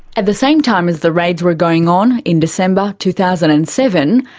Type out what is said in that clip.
at the same time as the raids were going on, in december two thousand and seven,